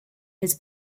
his